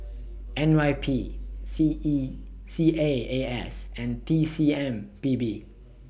N Y P C E C A A S and T C M P B